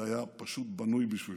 זה היה פשוט בנוי בשבילו.